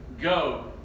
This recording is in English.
go